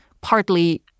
partly